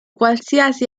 qualsiasi